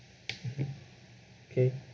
okay